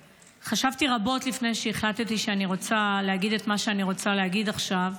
חשבתי רבות לפני שהחלטתי שאני רוצה להגיד את מה שאני רוצה להגיד עכשיו,